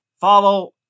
follow